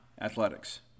athletics